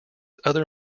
other